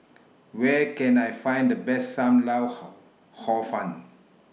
Where Can I Find The Best SAM Lau Hor Hor Fun